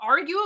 arguably